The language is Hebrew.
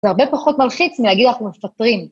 זה הרבה פחות מלחיץ מלהגיד אנחנו מפטרים.